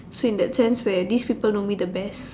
so in that sense where this people normally the best